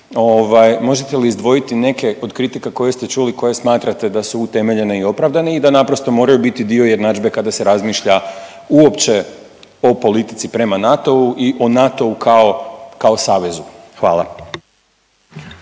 možete li izdvojiti neke od kritika koje ste čuli i koje smatrate da su utemeljene i opravdane i da naprosto moraju biti dio jednadžbe kada se razmišlja uopće o politici prema NATO-u i o NATO-u kao, kao savezu. Hvala.